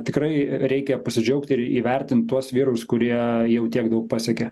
tikrai reikia pasidžiaugti ir įvertint tuos vyrus kurie jau tiek daug pasiekė